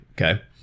okay